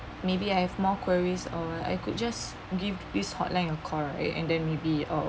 maybe I have more queries or I could just give this hotline a call right and then maybe uh